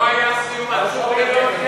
לא היה סיום עצוב מזה,